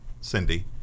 cindy